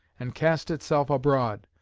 and cast itself abroad,